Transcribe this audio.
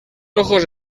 ojos